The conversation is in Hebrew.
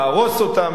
להרוס אותם,